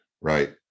right